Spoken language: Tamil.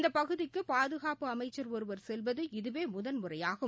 இந்த பகுதிக்கு பாதுகாப்பு அமைச்சர் ஒருவர் செல்வது இதவே முதன்முறையாகும்